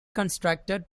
constructed